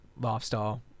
lifestyle